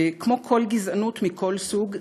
וכמו כל גזענות מכל סוג,